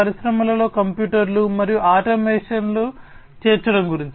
పరిశ్రమలలో కంప్యూటర్లు మరియు ఆటోమేషన్లను చేర్చడం గురించి